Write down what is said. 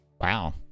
Wow